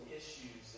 issues